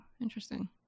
interesting